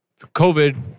COVID